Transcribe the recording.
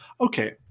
Okay